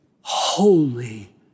holy